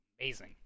amazing